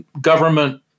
government